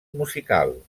musical